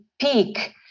peak